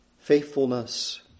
faithfulness